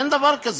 אין דבר כזה.